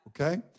okay